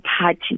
party